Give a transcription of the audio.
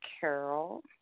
Carol